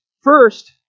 First